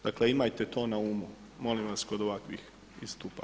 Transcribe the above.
Dakle, imajte to na umu molim vas kod ovakvih istupa.